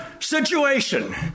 Situation